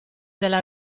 della